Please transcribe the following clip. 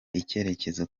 icyerekezo